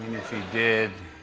if he did,